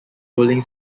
rolling